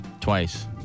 Twice